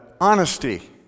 Honesty